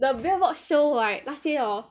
the billboard show right 那些 hor